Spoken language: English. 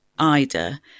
Ida